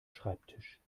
schreibtisch